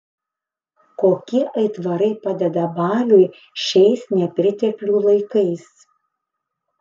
kokie aitvarai padeda baliui šiais nepriteklių laikais